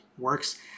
works